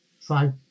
five